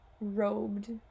robed